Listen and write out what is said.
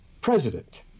president